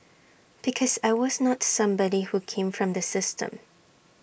because I was not somebody who came from the system